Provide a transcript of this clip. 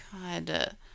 God